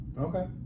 Okay